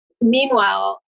Meanwhile